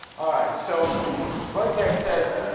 ah right so voicheck says